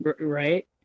right